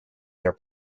their